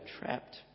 trapped